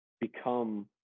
become